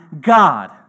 God